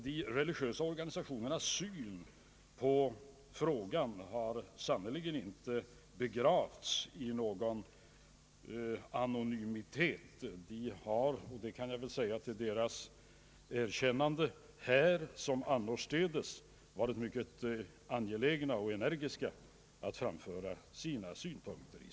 De religiösa organisationernas syn på frågan har sannerligen inte begravts i någon anonymitet. De har — och det kan jag säga som ett erkännande — här som annorstädes varit mycket angelägna och energiska att framföra sina synpunkter.